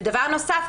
ודבר נוסף,